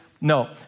No